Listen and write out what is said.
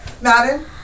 Madden